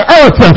earth